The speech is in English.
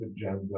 agenda